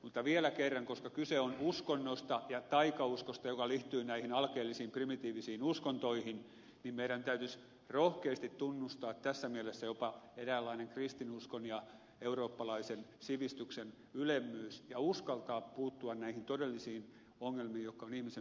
mutta vielä kerran koska kyse on uskonnosta ja taikauskosta joka liittyy näihin alkeellisiin primitiivisiin uskontoihin niin meidän täytyisi rohkeasti tunnustaa tässä mielessä jopa eräänlainen kristinuskon ja eurooppalaisen sivistyksen ylemmyys ja uskaltaa puuttua näihin todellisiin ongelmiin jotka ovat ihmisen psykologiassa